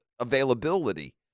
availability